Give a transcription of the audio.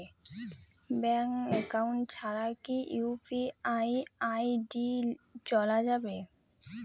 Bank account ছাড়া কি UPI ID চোলা যাবে?